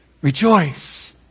rejoice